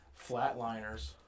Flatliners